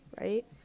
right